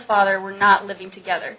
father were not living together